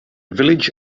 village